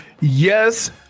Yes